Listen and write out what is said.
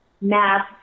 math